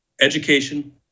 Education